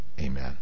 Amen